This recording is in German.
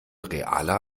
realer